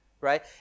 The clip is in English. Right